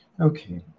Okay